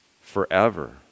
forever